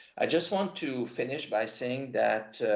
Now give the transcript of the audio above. i just want to finish by saying that